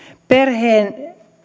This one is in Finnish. perheen